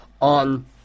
on